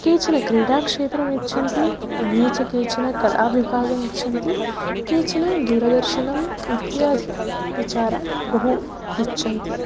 केचन क्रीडाक्षेत्रमिच्छन्ति अन्ये च केचन कलाविभागमिच्छन्ति केचन दूरदर्शनम् इत्यादि विचारान् बहु इच्छन्ति